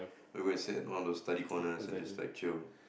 we will sat at one of the study corner and just like chill